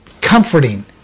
comforting